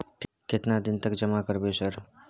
केतना दिन तक जमा करबै सर?